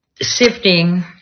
sifting